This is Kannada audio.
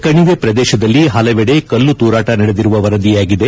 ಕಣಿವೆ ಪ್ರದೇಶದಲ್ಲಿ ಹಲವೆಡೆ ಕಲ್ಲುತೂರಾಟ ನಡೆದಿರುವ ವರದಿಯಾಗಿದೆ